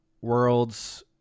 Worlds